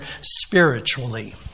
spiritually